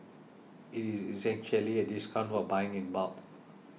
it is essentially a discount for buying in bulk